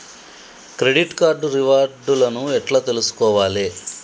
Credit card reward లను ఎట్ల తెలుసుకోవాలే?